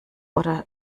oder